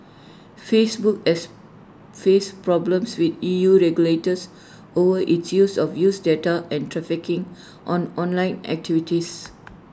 Facebook has faced problems with E U regulators over its use of user data and tracking on online activities